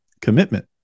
commitment